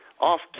off